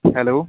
hello